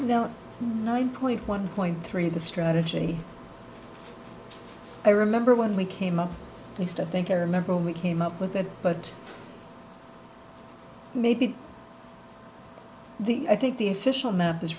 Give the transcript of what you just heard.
no nine point one point three the strategy i remember when we came up least i think i remember we came up with that but maybe the i think the official map is